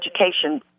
education